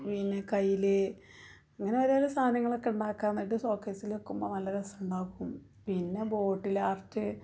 പിന്നെ കൈല് ഇങ്ങനെ ഓരോരോ സാധനങ്ങളൊക്കെ ഉണ്ടാക്കുക എന്നിട്ട് ഷോക്കേസിൽ വയ്ക്കുമ്പോൾ നല്ല രസമുണ്ടാകും പിന്നെ ബോട്ടിൽ ആർട്ട്